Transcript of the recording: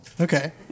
Okay